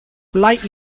like